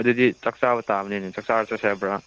ꯑꯗꯨꯗꯤ ꯆꯥꯛ ꯆꯥꯕ ꯇꯥꯕꯅꯤꯅꯦ ꯆꯥꯛ ꯆꯥꯔ ꯆꯠꯁꯦ ꯍꯥꯏꯕ꯭ꯔꯥ